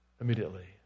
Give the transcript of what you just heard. immediately